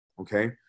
Okay